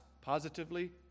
positively